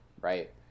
right